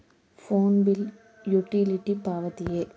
Phone bill utility ಪಾವತಿಯೇ?